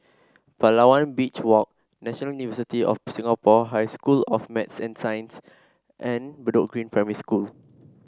Palawan Beach Walk National University of Singapore High School of Math and Science and Bedok Green Primary School